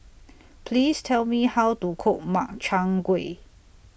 Please Tell Me How to Cook Makchang Gui